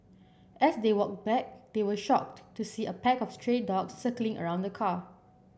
as they walked back they were shocked to see a pack of stray dogs circling around the car